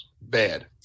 bad